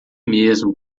mesmo